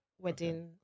wedding